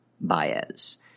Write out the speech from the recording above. Baez